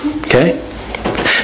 Okay